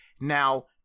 now